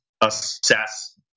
assess